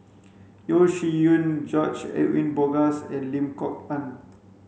Yeo Shih Yun George Edwin Bogaars and Lim Kok Ann